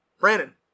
Brandon